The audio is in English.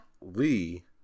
Lee